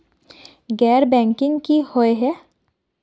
गैर बैंकिंग की हुई है?